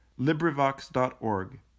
LibriVox.org